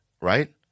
Right